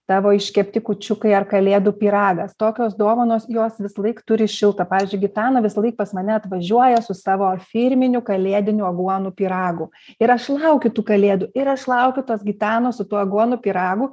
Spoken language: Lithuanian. tavo iškepti kūčiukai ar kalėdų pyragas tokios dovanos jos visąlaik turi šiltą pavyzdžiui gitana visąlaik pas mane atvažiuoja su savo firminiu kalėdiniu aguonų pyragu ir aš laukiu tų kalėdų ir aš laukiu tos gitanos su tuo aguonų pyragu